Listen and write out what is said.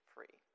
Free